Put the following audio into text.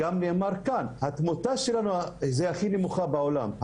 גם נאמר כאן: התמותה שלנו היא הכי נמוכה בעולם.